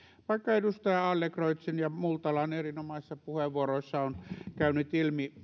vaikka edustaja adlercreutzin ja multalan erinomaisissa puheenvuoroissa on käynyt ilmi